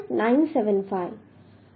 975 અને 1